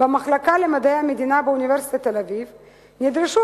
במחלקה למדעי המדינה באוניברסיטת תל-אביב נדרשו